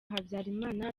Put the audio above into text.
habyarimana